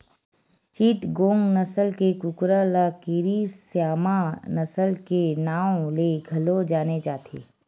चिटगोंग नसल के कुकरा ल केरी स्यामा नसल के नांव ले घलो जाने जाथे